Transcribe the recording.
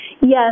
Yes